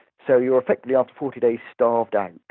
so you're effectively, after forty days, starved out.